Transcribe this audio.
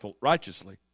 righteously